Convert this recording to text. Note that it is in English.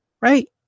Right